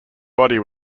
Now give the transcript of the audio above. body